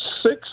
Six